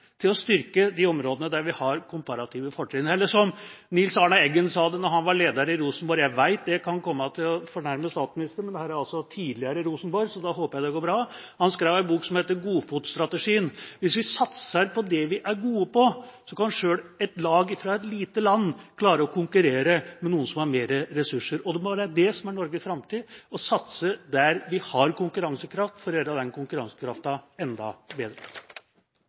til å styrke de områdene der vi har komparative fortrinn. Eller som Nils Arne Eggen sa det, da han var leder i Rosenborg. Jeg vet det kan komme til å fornærme statsministeren, men dette er altså tidligere Rosenborg, så da håper jeg det går bra. Han skrev en bok som het Godfoten. Hvis vi satser på det vi er gode på, kan selv et lag fra et lite land klare å konkurrere med noen som har mer ressurser. Og det må være det som er Norges framtid: å satse der vi har konkurransekraft for å gjøre den konkurransekrafta enda bedre.